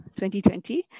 2020